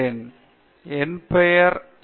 எனவே வேறு யாராவது ஆமாம் தயவு செய்து